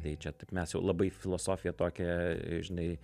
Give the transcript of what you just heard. tai čia taip mes jau labai filosofiją tokią žinai